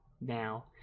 now